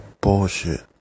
bullshit